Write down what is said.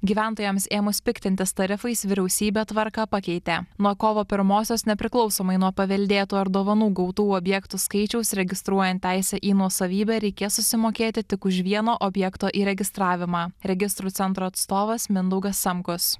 gyventojams ėmus piktintis tarifais vyriausybė tvarką pakeitė nuo kovo pirmosios nepriklausomai nuo paveldėtų ar dovanų gautų objektų skaičiaus registruojant teisę į nuosavybę reikės susimokėti tik už vieno objekto įregistravimą registrų centro atstovas mindaugas samkus